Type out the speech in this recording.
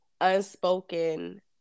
unspoken